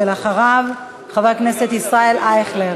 ואחריו, חבר הכנסת ישראל אייכלר